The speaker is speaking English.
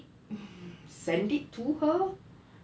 hmm send it to her